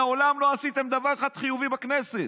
מעולם לא עשיתם דבר אחד חיובי בכנסת.